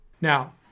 Now